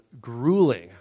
grueling